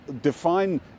define